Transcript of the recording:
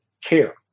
care